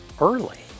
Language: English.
early